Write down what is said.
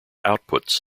outputs